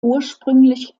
ursprünglich